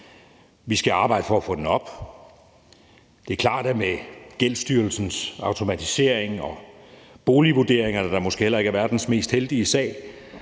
Vi skal arbejde for at få den op. Det er klart, at med Gældsstyrelsens automatisering og boligvurderingerne, der måske heller ikke er verdens mest heldige sag,